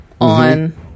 on